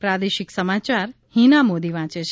પ્રાદેશિક સમાચાર હિના મોદી વાંચે છે